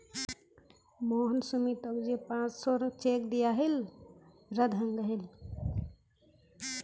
मोहन सुमीतोक जे पांच सौर चेक दियाहिल रद्द हंग गहील